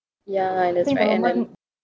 mm ya and that's right and then